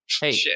hey